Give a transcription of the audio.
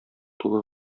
тулы